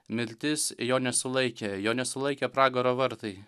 mirtis jo nesulaikė jo nesulaikė pragaro vartai